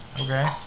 Okay